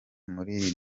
muri